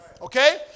Okay